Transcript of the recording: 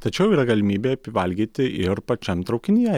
tačiau yra galimybė pavalgyti ir pačiam traukinyje